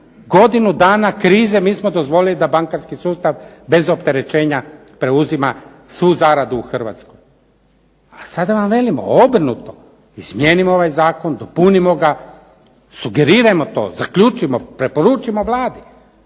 godinu dana krize mi smo dozvolili da bankarski sustav bez opterećenja preuzima svu zaradu u Hrvatskoj. A sada vam velikom obrnuto, izmijenimo ovaj zakon, dopunimo ga, sugerirajmo to, zaključimo, preporučimo Vladi.